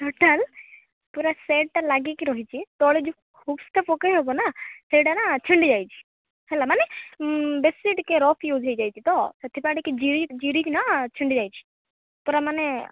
total ପୁରା ସେଟ୍ଟା ଲାଗିକି ରହିଛି ତଳେ ଯେଉଁ ହୁକସଟା ପକାଇ ହେବ ନା ସେଇଟା ନା ଛିଣ୍ଡି ଯାଇଛି ହେଲା ମାନେ ବେଶୀ ଟିକେ ରଫ ୟୁଜ ହେଇଯାଇଛି ତ ସେଥିପାଇଁ ଟିକେ ଯିରୀକି ଯିରୀକିନା ଛିଣ୍ଡି ଯାଇଛି ପୁରା ମାନେ